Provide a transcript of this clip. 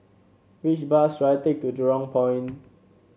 which bus should I take to Jurong Point